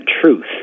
truth